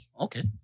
Okay